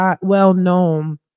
well-known